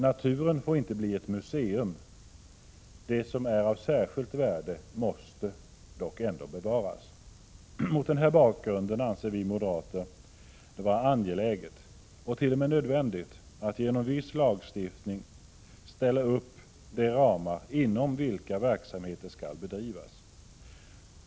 Naturen får inte bli ett museum. Det som är av särskilt värde måste ändå bevaras. Mot denna bakgrund anser vi moderater det vara angeläget och t.o.m. nödvändigt att genom viss lagstiftning ställa upp de ramar inom vilka verksamheter skall bedrivas.